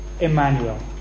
Emmanuel